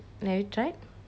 try it